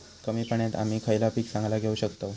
कमी पाण्यात आम्ही खयला पीक चांगला घेव शकताव?